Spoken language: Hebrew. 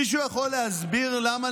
מישהו יכול להסביר למה,